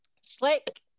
Slick